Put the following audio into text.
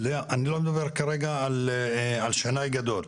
אני לא מדבר כרגע על שנאי גדול.